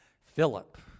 philip